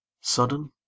Sudden